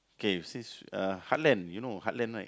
okay since uh heartland you know heartland right